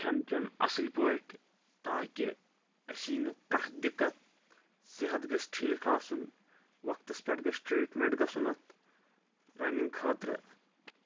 کھٮ۪ن چٮ۪ن اصل پٲٹھۍ تاکہِ اسہِ یی نہٕ کانٛہہ دِکتھ صحت گژھِ ٹھیٖک آسُن وقتس پٮ۪ٹھ گژھِ ٹریٖٹمینٹ گژھُن اتھ رننٛگ خٲطرٕ